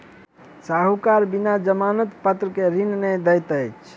साहूकार बिना जमानत पत्र के ऋण नै दैत अछि